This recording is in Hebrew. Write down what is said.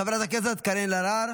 חברת הכנסת קארין אלהרר,